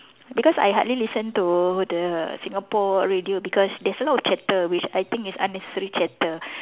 because I hardly listen to the Singapore radio because there's a lot of chatter which I think is unnecessary chatter